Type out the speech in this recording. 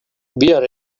bihar